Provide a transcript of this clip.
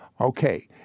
Okay